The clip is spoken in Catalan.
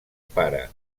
pare